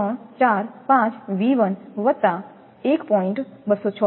0345V1 1